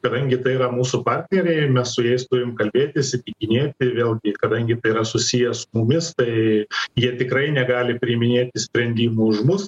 kadangi tai yra mūsų partneriai mes su jais turim kalbėtis įtikinėti vėlgi kadangi tai yra susiję su mumis tai jie tikrai negali priiminėti sprendimų už mus